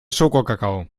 schokokakao